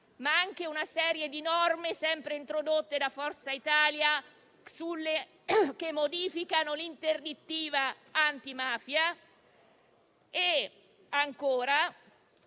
mafiose; una serie di norme sempre introdotte da Forza Italia che modificano l'interdittiva antimafia; la parte